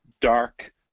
dark